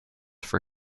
for